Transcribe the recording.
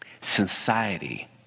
Society